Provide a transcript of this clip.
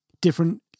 different